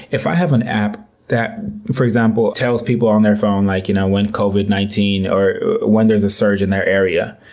if i have an app that, for example, tells people on their phone like, you know when covid nineteen, when there's a surge in their area.